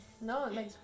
No